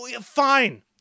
fine